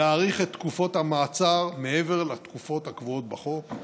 להאריך את תקופות המעצר מעבר לתקופות הקבועות בחוק.